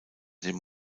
dem